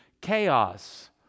chaos